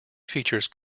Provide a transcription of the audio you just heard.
features